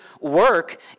work